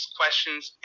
questions